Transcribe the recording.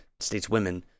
stateswomen